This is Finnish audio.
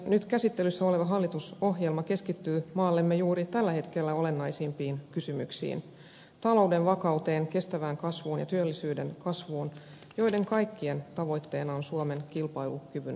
nyt käsittelyssä oleva hallitusohjelma keskittyy maallemme juuri tällä hetkellä olennaisimpiin kysymyksiin talouden vakauteen kestävään kasvuun ja työllisyyden kasvuun joiden kaikkien tavoitteena on suomen kilpailukyvyn vahvistaminen